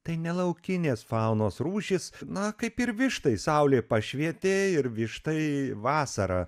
tai ne laukinės faunos rūšys na kaip ir vištai saulė pašvietė ir vištai vasara